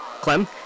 Clem